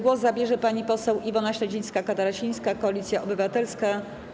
Głos zabierze pani poseł Iwona Śledzińska-Katarasińska, Koalicja Obywatelska.